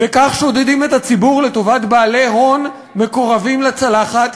וכך שודדים את הציבור לטובת בעלי הון מקורבים לצלחת,